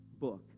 book